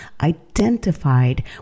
identified